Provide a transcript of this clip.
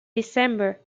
december